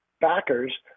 backers